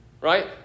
Right